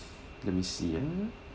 let me see ah